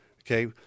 okay